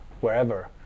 wherever